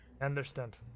Understand